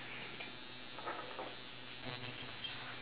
ya